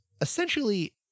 essentially